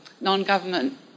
non-government